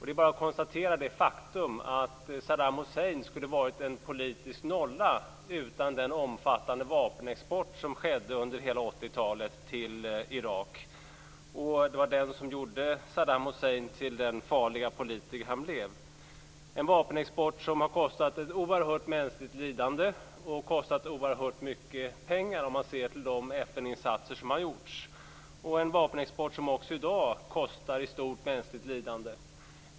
Det är bara att konstatera det faktum att Saddam Hussein skulle ha varit en politisk nolla utan den omfattande vapenexport som skedde till Irak under hela 80-talet. Det var den som gjorde Saddam Hussein till den farliga politiker han blev. Det är en vapenexport som har kostat ett oerhört mänskligt lidande och oerhört mycket pengar om man ser till de FN-insatser som har gjorts. Det är en vapenexport som också i dag kostar i stort mänskligt lidande.